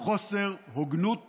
חוסר הוגנות